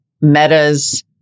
Meta's